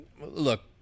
look